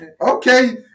okay